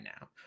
now